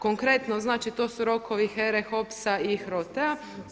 Konkretno znači to su rokovi HERA-e, HOPS-a i HROTE-a.